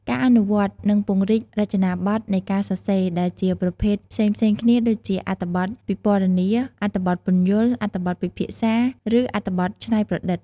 ការអនុវត្ត និងពង្រីករចនាបថនៃការសរសេរដែលជាប្រភេទផ្សេងៗគ្នា ដូចជាអត្ថបទពិពណ៌នា អត្ថបទពន្យល់ អត្ថបទពិភាក្សា ឬអត្ថបទច្នៃប្រឌិត។